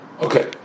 Okay